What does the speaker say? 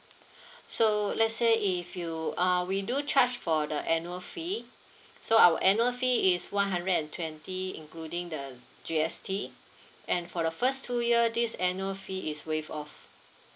so let's say if you uh we do charge for the annual fee so our annual fee is one hundred and twenty including the G_S_T and for the first two year this annual fee is waive off